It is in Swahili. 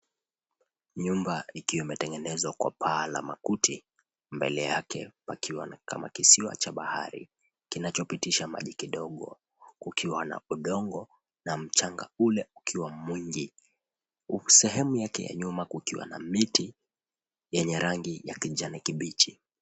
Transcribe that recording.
Nyumba ikiwa imetengenezwa kwa paa la makuti, mbele yake pakiwa na kama kisiwa cha bahari kinachopitisha maji kidogo kukiwa na udongo na mchanga ule ukiwa mwingi. Sehemu yake ya nyuma kukiwa na miti yenye rangi ya kijani kibichi.